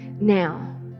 now